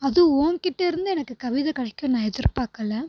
அது உன்கிட்ட இருந்து எனக்கு கவிதை கிடைக்கும்னு நான் எதிர் பார்க்கல